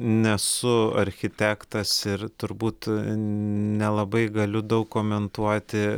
nesu architektas ir turbūt nelabai galiu daug komentuoti